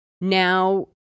Now